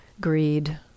greed